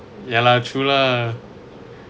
ya lah true lah